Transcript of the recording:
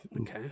Okay